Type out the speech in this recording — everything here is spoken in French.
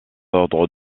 ordres